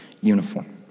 uniform